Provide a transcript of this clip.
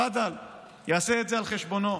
תפדל, יעשה את זה על חשבונו.